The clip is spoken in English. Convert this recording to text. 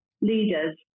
leaders